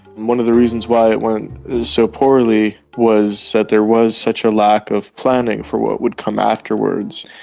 one of the reasons why it went so poorly was that there was such a lack of planning for what would come afterwards.